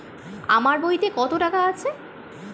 আমার বইতে কত টাকা আছে?